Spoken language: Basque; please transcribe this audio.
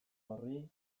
horri